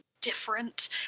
different